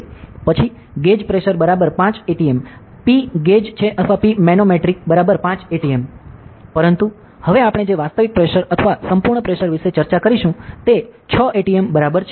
પછી gauge pressure 5 atm P gauge છે અથવા P મેનોમેટ્રિક 5 atm પરંતુ હવે આપણે જે વાસ્તવિક પ્રેશર અથવા સંપૂર્ણ પ્રેશર વિશે ચર્ચા કરીશું તે 6 atm બરાબર છે